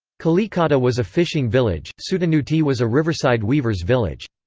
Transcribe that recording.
kalikata was a fishing village sutanuti was a riverside weavers' village.